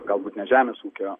galbūt ne žemės ūkio